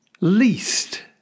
least